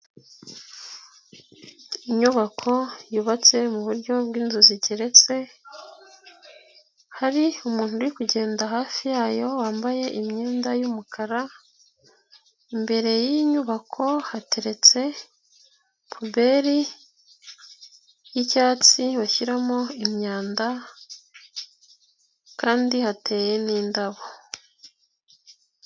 Inyubako yubatse mu buryo bw'inzu zigeretse. Hari umuntu uri kugenda hafi yayo, wambaye imyenda y'umukara. Imbere y'inyubako hateretse puberi y'icyatsi bashyiramo imyanda kandi hateye n'indabo.